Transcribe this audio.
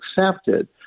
accepted